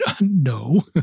no